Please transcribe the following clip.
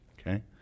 Okay